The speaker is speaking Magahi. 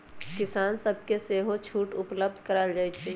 किसान सभके सेहो छुट उपलब्ध करायल जाइ छइ